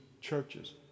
churches